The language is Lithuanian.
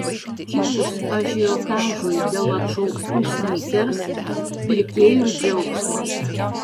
kilus ažiotažui dėl atšauktų snickers pirkėjų džiaugsmas